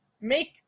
make